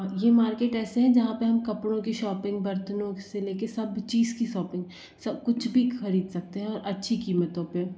यह मार्केट ऐसे हैं जहाँ पर हम कपड़ों की शॉपिंग बर्तनों से लेकर सब चीज़ की सॉपिंग सब कुछ भी ख़रीद सकते हैं और अच्छी कीमतों पर